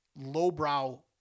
lowbrow